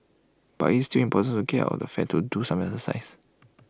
but it's still important to get out of the flat to do some exercise